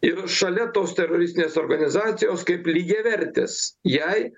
ir šalia tos teroristinės organizacijos kaip lygiavertis jai